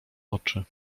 oczy